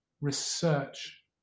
research